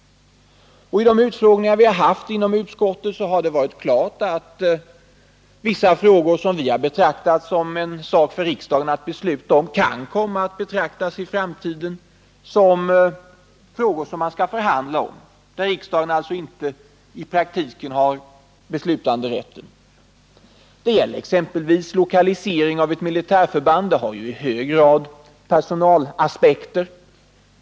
Vid de utfrågningar vi har haft inom utskottet har det varit klart att vissa frågor som vi betraktat som en sak för riksdagen att besluta om, i framtiden kan komma att betraktas som frågor som man skall förhandla om och där riksdagen alltså inte de facto har beslutanderätten. Det gäller exempelvis lokalisering av militärförband. Här finns det ju i hög grad personalaspekter.